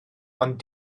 ond